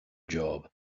job